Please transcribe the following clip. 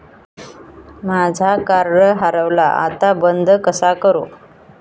माझा कार्ड हरवला आता बंद कसा करू?